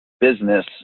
business